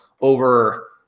over